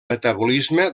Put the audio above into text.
metabolisme